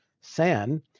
SAN